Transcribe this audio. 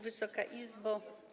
Wysoka Izbo!